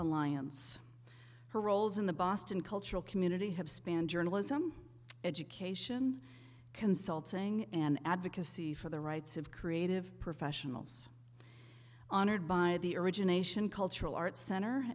alliance her roles in the boston cultural community have spanned journalism education consulting and advocacy for the rights of creative professionals honored by the origination cultural arts center